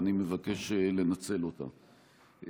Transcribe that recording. ואני מבקש לנצל אותה.